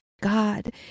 God